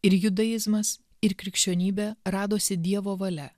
ir judaizmas ir krikščionybė radosi dievo valia